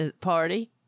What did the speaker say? party